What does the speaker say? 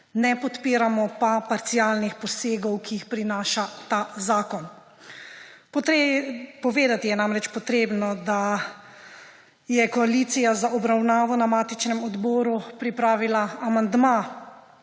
Ne podpiramo pa parcialnih posegov, ki jih prinaša ta zakon. Povedati je namreč potrebno, da je koalicija za obravnavo na matičnem odboru pripravila amandma,